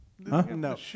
No